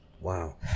wow